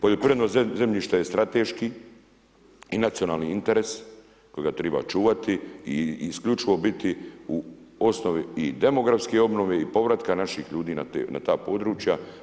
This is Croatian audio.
Poljoprivredno zemljište je strateški i nacionalni interes kojega tri čuvati i isključivo biti u osnovi i demografske obnove i povratka naših ljudi na ta područja.